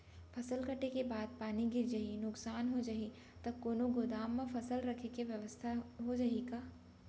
फसल कटे के बाद पानी गिर जाही, नुकसान हो जाही त कोनो गोदाम म फसल रखे के बेवस्था हो जाही का?